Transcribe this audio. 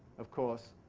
of course,